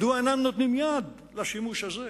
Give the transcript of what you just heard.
מדוע אינם נותנים יד לשימוש הזה?